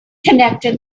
connected